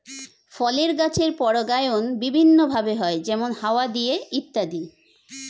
ফলের গাছের পরাগায়ন বিভিন্ন ভাবে হয়, যেমন হাওয়া দিয়ে ইত্যাদি